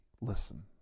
listen